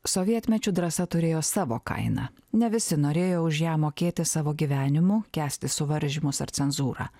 sovietmečiu drąsa turėjo savo kainą ne visi norėjo už ją mokėti savo gyvenimu kęsti suvaržymus ar cenzūrą